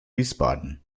wiesbaden